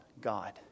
God